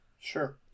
Sure